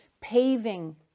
paving